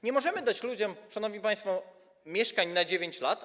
Nie możemy dać ludziom, szanowni państwo, mieszkań na 9 lat.